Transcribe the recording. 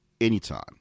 anytime